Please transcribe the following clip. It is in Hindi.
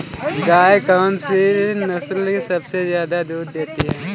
गाय की कौनसी नस्ल सबसे ज्यादा दूध देती है?